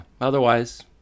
otherwise